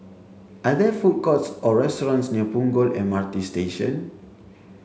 are there food courts or restaurants near Punggol M R T Station